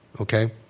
Okay